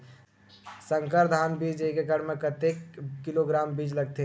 संकर धान बीज एक एकड़ म कतेक किलोग्राम बीज लगथे?